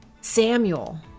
Samuel